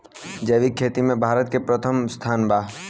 जैविक खेती में भारत के प्रथम स्थान बा